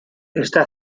está